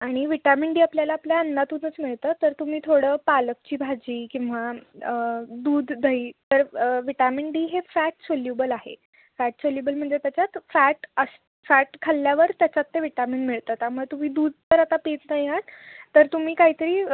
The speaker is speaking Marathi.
आणि विटामिन डी आपल्याला आपल्या अन्नातूनच मिळतं तर तुम्ही थोडं पालकची भाजी किंवा दूध दही तर विटामिन डी हे फॅट सोल्युबल आहे फॅट सोल्युबल म्हणजे त्याच्यात फॅट असं फॅट खाल्ल्यावर त्याच्यात ते विटामिन मिळतात त्यामुळे तुम्ही दूध तर आता पीत नाही आहात तर तुम्ही काहीतरी